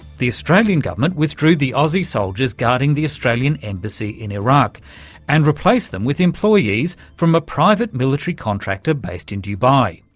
the australian government withdrew the aussie soldiers guarding the australian embassy in iraq and replaced them with employees from a private military contractor based in dubai.